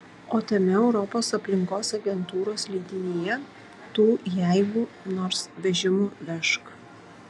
o tame europos aplinkos agentūros leidinyje tų jeigu nors vežimu vežk